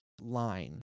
line